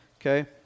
Okay